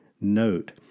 note